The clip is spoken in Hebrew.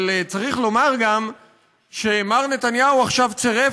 אבל צריך לומר גם שמר נתניהו עכשיו צירף